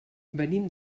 venim